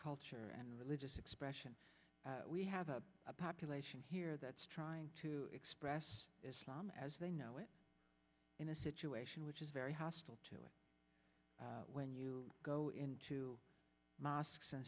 culture and religious expression we have a population here that's trying to express islam as they know it in a situation which is very hostile to it when you go into mosques and